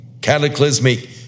cataclysmic